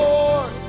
Lord